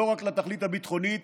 לא רק לתכלית הביטחונית,